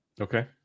Okay